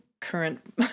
current